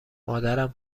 مادرم